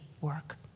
work